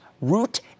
root